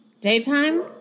Daytime